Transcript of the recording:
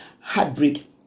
heartbreak